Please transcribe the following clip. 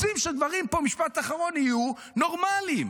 רוצים שדברים פה יהיו נורמליים.